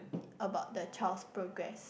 about the child's progress